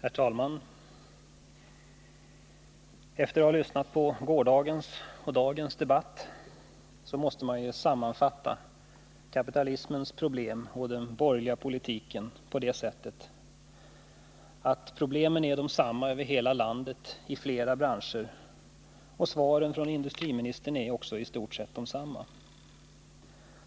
Herr talman! Den som lyssnat på gårdagens och dagens debatt skulle kunna sammanfatta kapitalismens problem och den borgerliga politiken på det sättet att problemen är desamma i flera branscher över hela landet och att också svaren från industriministern är i stort sett desamma.